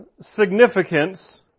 significance